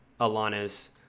Alana's